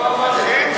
לא נכון.